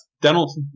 Dental